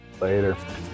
Later